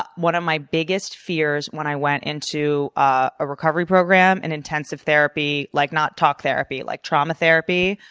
but one of my biggest fears when i went into a recovery program, an intensive therapy, like not talk therapy like trauma therapy,